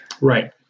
Right